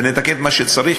ונתקן את מה שצריך.